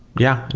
yeah.